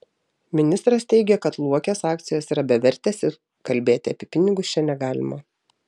ministras teigė kad luokės akcijos yra bevertės ir kalbėti apie pinigus čia negalima